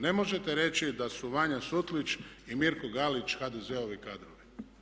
Ne možete reći da su Vanja Sutlić i Mirko Galić HDZ-ovi kadrovi.